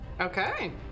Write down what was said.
Okay